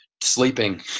sleeping